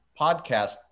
podcast